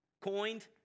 coined